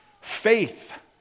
Faith